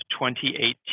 2018